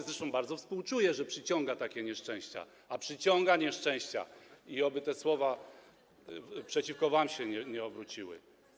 Zresztą bardzo współczuję, że przyciąga takie nieszczęścia, a przyciąga nieszczęścia, i oby te słowa przeciwko wam się nie obróciły.